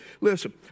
Listen